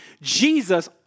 Jesus